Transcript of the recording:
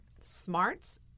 smarts